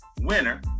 winner